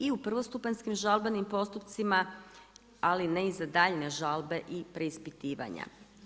I u prvostupanjskim žalbenim postupcima, ali ne i za daljnje žalbe i preispitivanja.